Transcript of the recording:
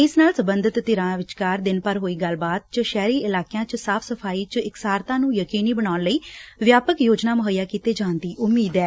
ਇਸ ਨਾਲ ਸਬੰਧਤ ਧਿਰਾ ਵਿਚਕਾਰ ਦਿਨ ਭਰ ਹੋਈ ਗੱਲਬਾਤ ਚ ਸ਼ਹਿਰੀ ਇਲਾਕਿਆਂ ਚ ਸਾਫ਼ ਸਫ਼ਾਈ ਚ ਇਕਸਾਰਤਾ ਨੂੰ ਯਕੀਨੀ ਬਣਾਉਣ ਲਈ ਵਿਆਪਕ ਯੋਜਨਾ ਮੁਹੱਈਆ ਕੀਤੇ ਜਾਣ ਦੀ ਉਮੀਦ ਐ